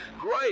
great